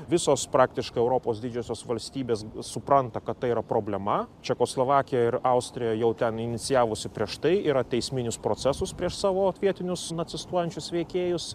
visos praktiškai europos didžiosios valstybės supranta kad tai yra problema čekoslovakija ir austrija jau ten inicijavusi prieš tai yra teisminius procesus prieš savo vietinius nacistuojančius veikėjus